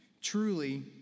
Truly